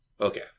Okay